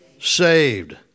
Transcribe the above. saved